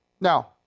Now